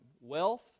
Wealth